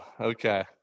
okay